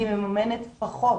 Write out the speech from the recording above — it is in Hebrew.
היא מממנת פחות.